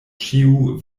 ĉiu